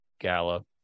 Gallo